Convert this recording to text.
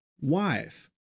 wife